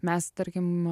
mes tarkim